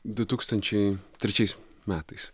du tūkstančiai trečiais metais